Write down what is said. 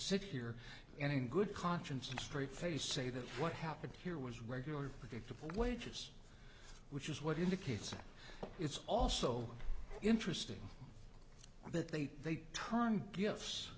sit here and in good conscience and straight face say that what happened here was regular predictable wages which is what indicates it's also interesting that they they turn gifts